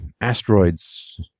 asteroids